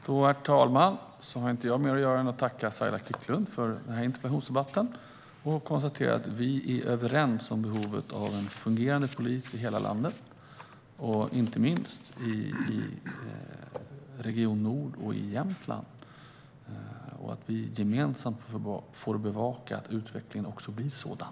Herr talman! Då har inte jag mer att göra än att tacka Saila Quicklund för den här interpellationsdebatten och konstatera att vi är överens om behovet av en fungerande polis i hela landet, inte minst i Region Nord och i Jämtland. Vi får gemensamt bevaka att utvecklingen blir sådan.